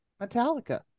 Metallica